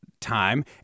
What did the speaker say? time